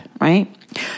right